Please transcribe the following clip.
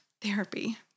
therapy